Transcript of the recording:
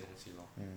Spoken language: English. mm